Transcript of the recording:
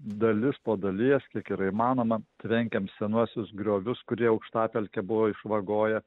dalis po dalies kiek yra įmanoma tvekiam senuosius griovius kurie aukštapelkę buvo išvagoję